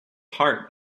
heart